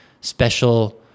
special